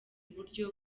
buryo